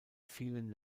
vielen